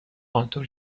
آنطور